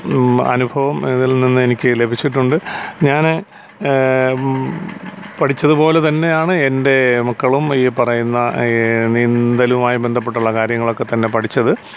അനുഭവം ഇതിൽ നിന്ന് എനിക്ക് ലഭിച്ചിട്ടുണ്ട് ഞാന് പഠിച്ചതുപോലെ തന്നെയാണ് എൻ്റെ മക്കളും ഈ പറയുന്ന ഈ നീന്തലുമായി ബന്ധപ്പെട്ടുള്ള കാര്യങ്ങളൊക്കെത്തന്നെ പഠിച്ചത്